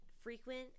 frequent